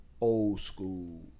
old-school